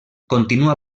continua